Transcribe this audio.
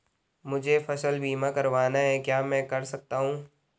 मुझे फसल बीमा करवाना है क्या मैं कर सकता हूँ?